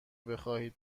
بخواهید